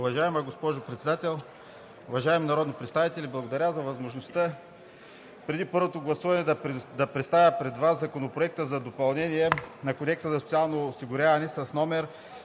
Уважаеми господин Председател, уважаеми народни представители! Благодаря за възможността преди първото гласуване да представя пред Вас Законопроект за допълнение на Кодекса за социално осигуряване с №